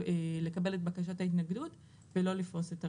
לקבל את בקשת ההתנגדות ולא לפרוס את הרשת.